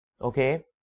okay